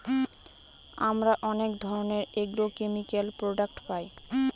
আমরা অনেক ধরনের এগ্রোকেমিকাল প্রডাক্ট পায়